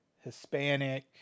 Hispanic